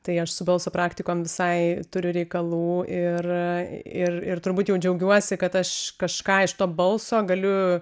tai aš su balso praktikom visai turiu reikalų ir ir ir turbūt jau džiaugiuosi kad aš kažką iš to balso galiu